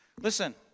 Listen